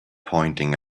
pointing